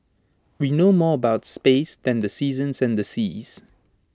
we know more about space than the seasons and the seas